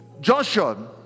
Joshua